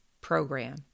program